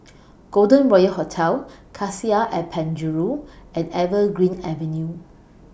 Golden Royal Hotel Cassia At Penjuru and Evergreen Avenue